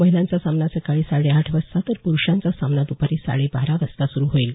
महिलांचा सामना सकाळी साडेआठ वाजता तर प्रुषांचा सामना दुपारी साडेबारा वाजता सुरु होईल